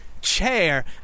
chair